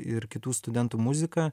ir kitų studentų muzika